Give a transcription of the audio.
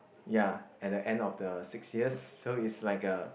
ya at the end of the six years so it's like a